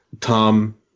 Tom